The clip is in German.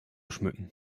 schmücken